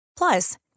Plus